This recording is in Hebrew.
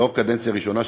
זו לא קדנציה ראשונה שלי,